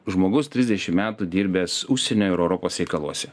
žmogus trisdešim metų dirbęs užsienio ir europos reikaluose